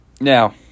Now